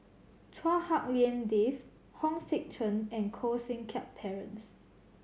Chua Hak Lien Dave Hong Sek Chern and Koh Seng Kiat Terence